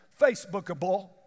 Facebookable